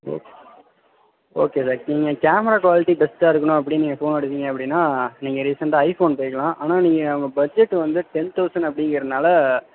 okay okay sir நீங்கள் camera quality பெஸ்ட்டாக இருக்கணும் அப்படினு நீங்கள் ஃபோன் எடுக்குறீங்க அப்படினா நீங்கள் ரீசெண்டாக ஐஃபோன் போய்க்கலாம் ஆனால் நீங்கள் உங்கள் பட்ஜெட்டு வந்து டென் தவுசண்ட் அப்டிங்கிறதுனால